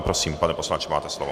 Prosím, pane poslanče, máte slovo.